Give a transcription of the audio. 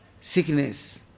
sickness